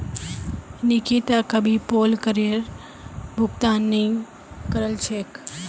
निकिता कभी पोल करेर भुगतान नइ करील छेक